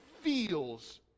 feels